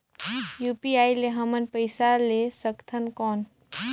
UPI ले हमन पइसा ले सकथन कौन?